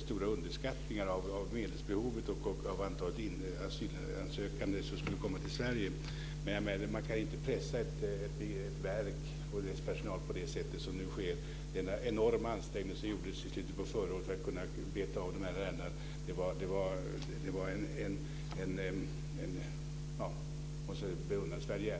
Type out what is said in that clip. stora underskattningar av medelsbehovet och av antalet asylsökande som skulle komma till Sverige. Men man kan inte pressa ett verk och dess personal på det sätt som nu sker. Den enorma ansträngning som gjordes i slutet av förra året för att beta av de här ärendena var beundransvärd.